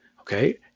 okay